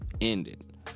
ended